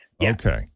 Okay